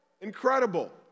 Incredible